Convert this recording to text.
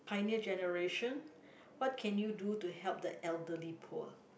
pioneer generation what can you do to help the elderly poor